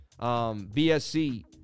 BSC